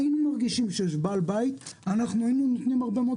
היו מרגישים שיש בעל בית הם היו נותנים הרבה מאוד